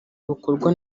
bukorwa